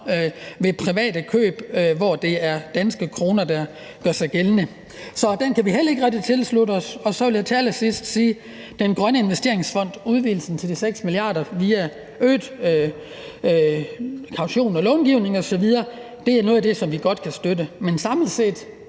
ved private køb, hvor det er danske kroner, der betales med. Så det kan vi heller ikke rigtig tilslutte os. Jeg vil så til allersidst sige, at det om den grønne investeringsfond og udvidelsen til de 6 mia. kr. via øget kaution og långivning osv. er noget, som vi godt kan støtte. Men samlet set